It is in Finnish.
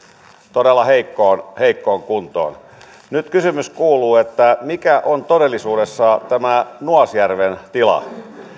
todella heikkoon heikkoon kuntoon nyt kysymys kuuluu mikä on todellisuudessa tämä nuasjärven tilanne